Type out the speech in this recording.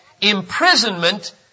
imprisonment